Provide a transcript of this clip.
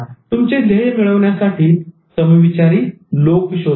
तुमचे ध्येय मिळवण्यासाठी समविचारी लोक शोधा